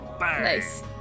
Nice